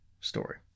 story